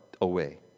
away